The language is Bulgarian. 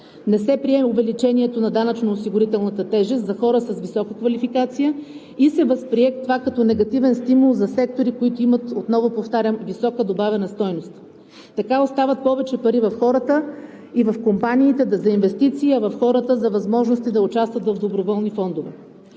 Не се прие увеличението на данъчно-осигурителната тежест за хора с висока квалификация и се възприе това като негативен стимул за сектори, които имат, отново повтарям, висока добавена стойност. Така остават повече пари в хората и в компаниите за инвестиции, а в хората – за възможности да участват в доброволни фондове.